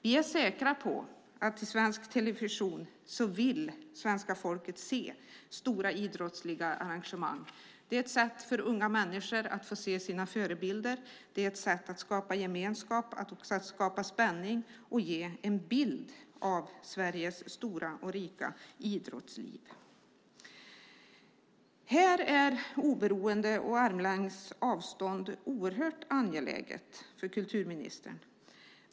Vi är säkra på att svenska folket vill se stora idrottsarrangemang i svensk television. Det är ett sätt för unga människor att få se sina förebilder, och det är ett sätt skapa gemenskap och att skapa spänning och att ge en bild av Sveriges stora och rika idrottsliv. Här är oberoende och armlängds avstånd oerhört angeläget för kulturministern.